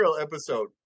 episode